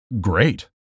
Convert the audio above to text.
Great